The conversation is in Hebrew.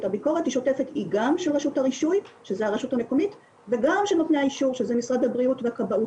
שמאפשר לרשויות המקומיות לאכוף